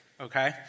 okay